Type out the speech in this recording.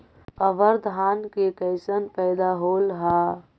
अबर धान के कैसन पैदा होल हा?